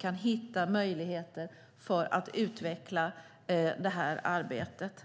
kan hitta möjligheter att utveckla arbetet.